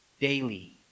daily